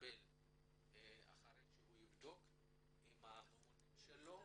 שנקבל אחרי שהוא יבדוק עם הממונים שלו,